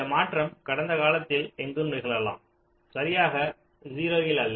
இந்த மாற்றம் கடந்த காலத்தில் எங்கும் நிகழலாம் சரியாக 0 இல் அல்ல